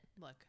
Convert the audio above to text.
Look